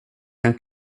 kan